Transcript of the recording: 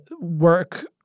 work